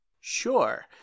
Sure